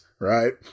right